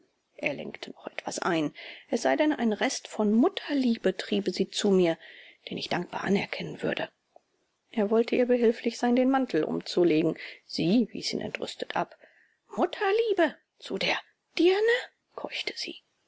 er lenkte noch etwas ein es sei denn ein rest von mutterliebe triebe sie zu mir den ich dankbar anerkennen würde er wollte ihr behilflich sein den mantel umzulegen sie wies ihn entrüstet ab mutterliebe zu der dirne keuchte sie